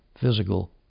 physical